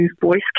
voice